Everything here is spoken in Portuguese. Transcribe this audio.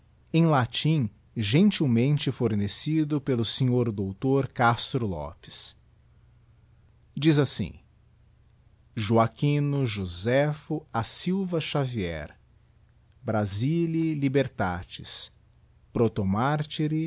em latim gentilmente fornecido pelo sr dr castro lopes diz assim joachino josepho a siha xavier brasilios libertatis